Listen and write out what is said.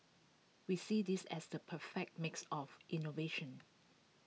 we see this as the perfect mix of innovation